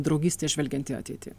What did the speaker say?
draugystė žvelgiant į ateitį